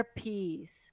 peace